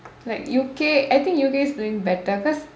like U_K I think U_K is doing better cause